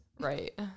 Right